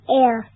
air